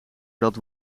dat